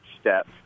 step